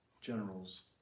generals